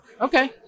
Okay